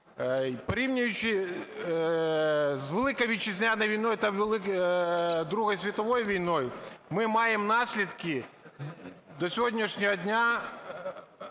Порівнюючи з Великою Вітчизняною війною та Другою світовою війною, ми маємо наслідки: до сьогоднішнього дня